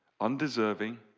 Undeserving